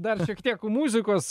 dar šiek tiek muzikos